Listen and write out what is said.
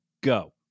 go